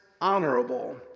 honorable